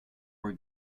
were